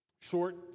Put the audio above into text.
short